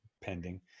pending